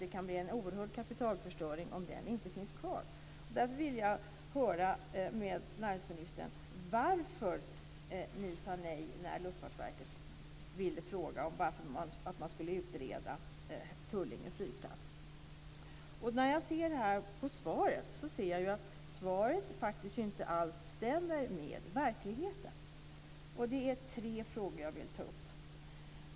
Det kan bli en oerhörd kapitalförstöring om den inte finns kvar. Jag ser att svaret inte alls stämmer med verkligheten. Jag vill ta upp tre frågor.